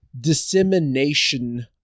dissemination